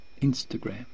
Instagram